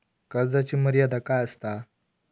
कर्जाची मर्यादा काय असता?